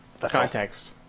Context